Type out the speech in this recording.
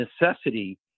necessity